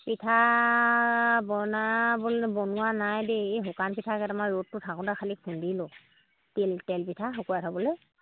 পিঠা বনাবলৈ বনোৱা নাই দেই এই শুকান পিঠাকেইটামান ৰ'দটো থাকোতে খালী খুন্দিলোঁ তিল তেল পিঠা শুকুৱাই থ'বলৈ